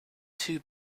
too